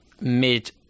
Mid